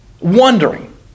Wondering